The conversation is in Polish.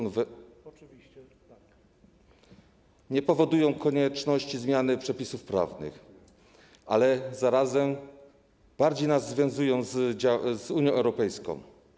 Nie powodują konieczności zmiany przepisów prawnych, ale zarazem bardziej nas związują z Unią Europejską.